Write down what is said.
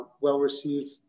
well-received